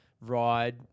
ride